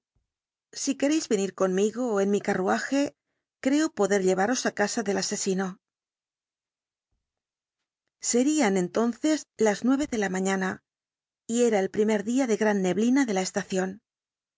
si queréis venir conmigo en mi carruaje creo poder llevaros á casa del asesino serían entonces las nueve de la mañana y era el primer día de gran neblina de la estación